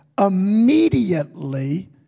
immediately